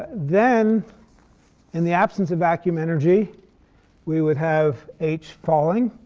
then in the absence of vacuum energy we would have h falling.